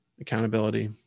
accountability